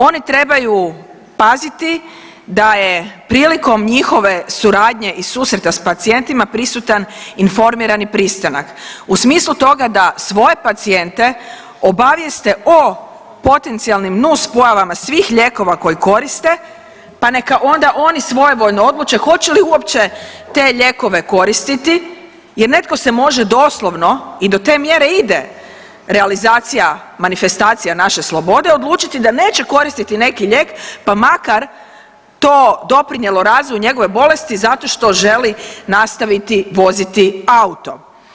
Oni trebaju paziti da je prilikom njihove suradnje i susreta s pacijentima prisutan informirani pristanak u smislu toga da svoje pacijente obavijeste o potencijalnim nuspojavama svih lijekova koje koriste, pa neka onda oni svojevoljno odluče hoće li uopće te lijekove koristiti jer netko se može doslovno i do te mjere ide realizacija, manifestacija naše slobode odlučiti da neće koristiti neki lijek pa makar to doprinijelo razvoju njegove bolesti zato što želi nastaviti voziti auto.